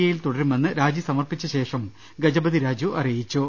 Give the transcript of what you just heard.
എയിൽ തുടരുമെന്ന് രാജി സമർപ്പിച്ചശേഷം ഗജപതിരാജു അറിയിച്ചു